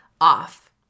off